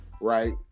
right